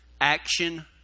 Action